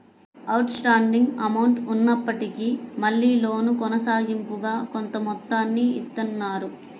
out standing amount ఉన్నప్పటికీ మళ్ళీ loan కొనసాగింపుగా కొంత మొత్తాన్ని ఇత్తన్నారు